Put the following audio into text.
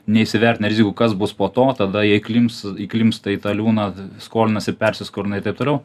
neįsivertina rizikų kas bus po to tada jie įklimps įklimpsta į tą liūną skolinasi persiskolina ir taip toliau